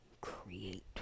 create